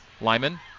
Lyman